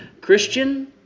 Christian